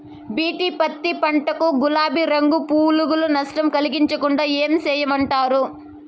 BT పత్తి పంట కు, గులాబీ రంగు పులుగులు నష్టం కలిగించకుండా ఏం చేయమంటారు?